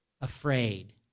Afraid